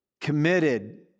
committed